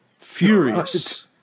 furious